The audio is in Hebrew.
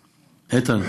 איתן?